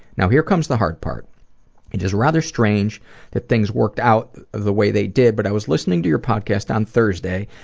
now here comes the hard part it is rather strange that things worked out the way they did, but i was listening to your podcast on thursday,